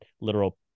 literal